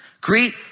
Greet